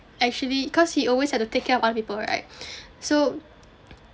actually cause he always had to take care of other people right so